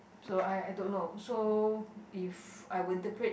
so I I don't know so if I will interpret